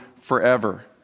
forever